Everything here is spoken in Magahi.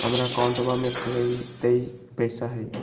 हमार अकाउंटवा में कतेइक पैसा हई?